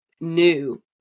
new